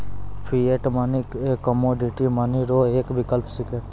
fiat money commodity money रो एक विकल्प छिकै